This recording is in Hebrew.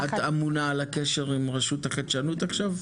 את אמונה על הקשר עם רשות החדשנות עכשיו?